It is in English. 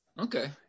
okay